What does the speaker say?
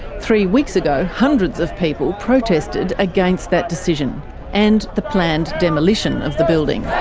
three weeks ago, hundreds of people protested against that decision and the planned demolition of the building.